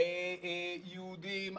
יהודים,